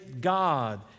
God